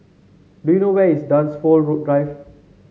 do you know where is Dunsfold Drive